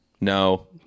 No